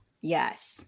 Yes